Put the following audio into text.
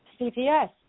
CPS